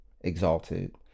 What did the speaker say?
exalted